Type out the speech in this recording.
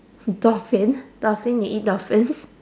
dolphin dolphin you eat dolphins